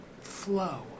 flow